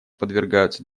подвергаются